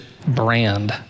brand